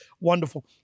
wonderful